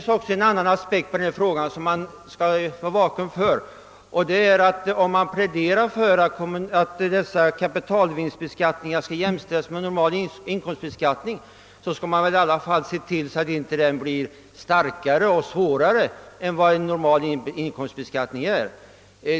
Sedan finns det en annan aspekt på denna fråga som man bör vara uppmärksam på, nämligen den att om försäljningsvinster skall jämställas med vanliga inkomster i beskattningshänseende, så bör vinsterna i varje fall inte beskattas hårdare än vanliga inkomster.